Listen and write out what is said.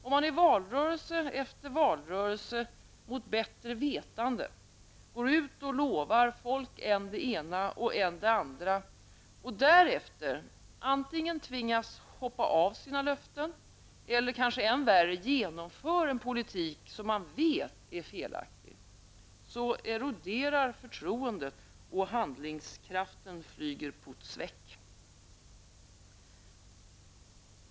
Om man i valrörelse efter valrörelse mot bättre vetande går ut och lovar folk än det ena och än det andra, och därefter antingen tvingas hoppa av sina löften, eller än värre genomföra en politik som man vet är felaktig, så erroderar förtroendet och handlingskraften flyger ''putz weg''.